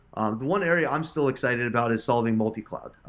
um the one area i'm still excited about is solving multi-cloud.